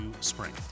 spring